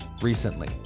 recently